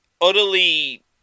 utterly